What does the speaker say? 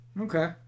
Okay